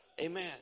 Amen